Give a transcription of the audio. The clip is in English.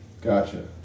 Gotcha